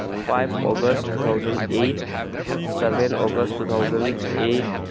five August two thousand eight seven August two thousand eight